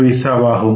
50 ஆகும்